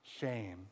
shame